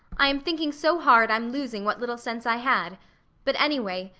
i am thinking so hard i'm losing what little sense i had but anyway,